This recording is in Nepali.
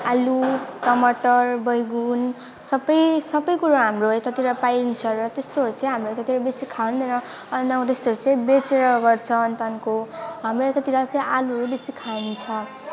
आलु टमाटर बैगुन सबै सबै कुरो हाम्रो यतातिर पाइन्छ र त्यस्तोहरू चाहिँ हाम्रो यतातिर बेसी खाँदैन अनि अब त्यस्तोहरू चाहिँ बेचेर गर्छ अनि त्यहाँदेखिको हाम्रो यतातिर चाहिँ आलुहरू बेसी खाइन्छ